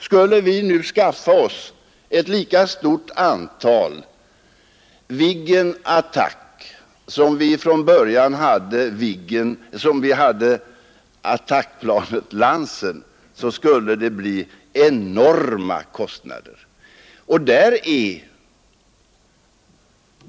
Skulle vi nu skaffa oss ett lika stort antal av Attackviggen som vi från början hade av attackplanet Lansen, skulle det dra enorma kostnader.